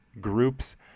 groups